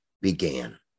began